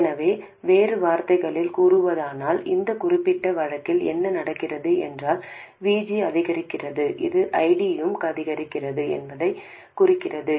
எனவே வேறு வார்த்தைகளில் கூறுவதானால் இந்த குறிப்பிட்ட வழக்கில் என்ன நடக்கிறது என்றால் VG அதிகரிக்கிறது இது ஐடியும் அதிகரிக்கிறது என்பதைக் குறிக்கிறது